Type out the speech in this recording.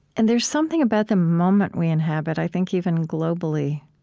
and there's something about the moment we inhabit, i think even globally,